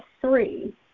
three